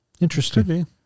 interesting